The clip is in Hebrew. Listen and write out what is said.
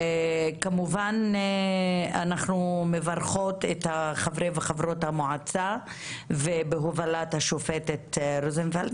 כמובן אנחנו מברכות את חברי וחברות המועצה בהובלת השופטת רוזנפלד.